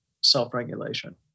self-regulation